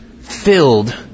filled